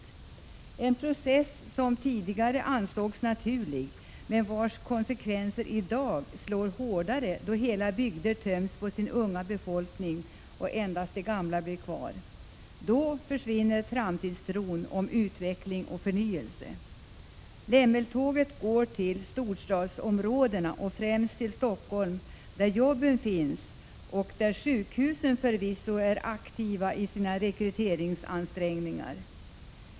Detta är en process som tidigare ansågs naturlig men vars konskvenser i dag slår hårdare, då hela bygder töms på sin unga befolkning och endast de gamla blir kvar. Då försvinner framtidstron på utveckling och förnyelse. Lämmeltåget går till storstadsområdena och främst till Stockholm, där jobben finns och där sjukhusen förvisso är aktiva i sina rekryteringsansträngningar.